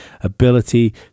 ability